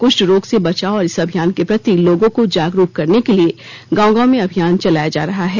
कृष्ट रोग से बचाव और इस अभियान के प्रति लोगों को जागरूक करने के लिए गांव गांव में अभियान चलाया जा रहा है